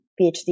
PhD